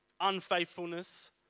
unfaithfulness